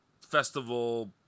festival